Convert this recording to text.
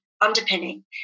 underpinning